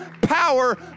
power